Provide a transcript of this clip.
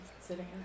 sitting